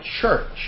church